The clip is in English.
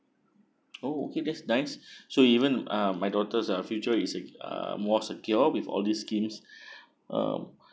oh okay that's nice so even uh my daughter's uh future is it uh more secure with all these scheme uh